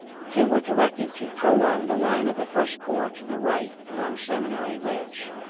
the two were directed to prolong the line of the first corps to the right along seminary ridge.